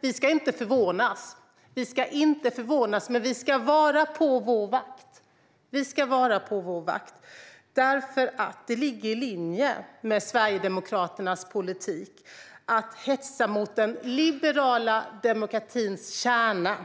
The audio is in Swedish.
Vi ska inte förvånas, men vi ska vara på vår vakt! Det ligger i linje med Sverigedemokraternas politik att hetsa mot den liberala demokratins kärna